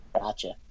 Gotcha